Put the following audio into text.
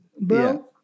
bro